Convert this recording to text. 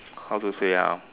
how to say ah